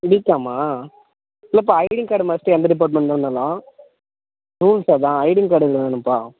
பிகாமா இல்லைப்பா ID card must எந்த டிப்பார்மண்ட்டில் இருந்தாலும் ரூல்ஸ் அதுதான் ஐடி கார்டு வேணும்ப்பா